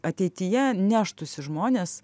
ateityje neštųsi žmonės